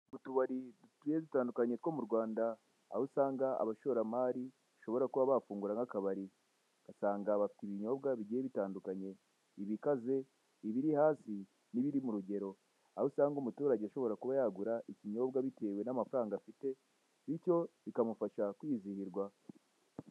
Utubari tugiye dutandukanye two mu Rwanda aho usanga abashoramari bashobora kuba bafungura nk'akabari. Ugasanga bafite ibinyobwa bigiye bitandukanye, ibikaze, ibiri hasi n'ibiri mu rugero. Aho usanga umuturage ashobora kuba yagura ikinyobwa bitewe n'amafaranga afite bityo bikamufasha kwizihirwa.